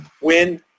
win